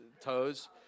toes